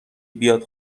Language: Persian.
بیاد